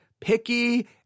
picky